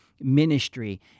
ministry